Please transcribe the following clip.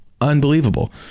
unbelievable